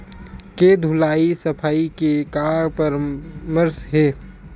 के धुलाई सफाई के का परामर्श हे?